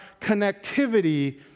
connectivity